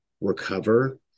recover